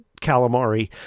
Calamari